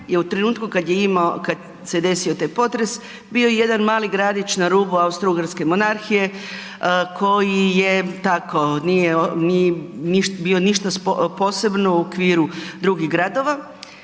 u trenutku kada se desio taj potres bio je jedan mali gradić na rubu Austro-Ugarske monarhije koji je tako nije bio ništa posebno u okviru drugih gradova,